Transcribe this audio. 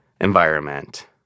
environment